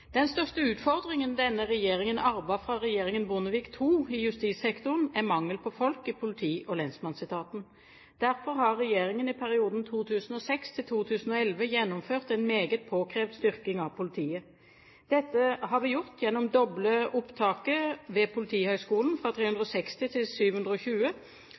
Den største utfordringen denne regjeringen arvet fra regjeringen Bondevik II i justissektoren, er mangelen på folk i politi- og lensmannsetaten. Derfor har regjeringen i perioden 2006–2011 gjennomført en meget påkrevd styrking av politiet. Dette har vi gjort gjennom å doble opptaket ved Politihøgskolen fra 360 til 720